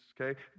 okay